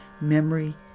memory